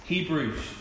Hebrews